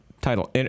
title